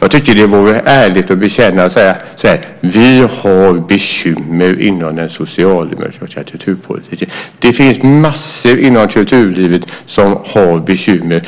Jag tycker att det vore ärligt att bekänna och säga: Vi har bekymmer inom den socialdemokratiska kulturpolitiken. Det finns massor inom kulturlivet som har bekymmer,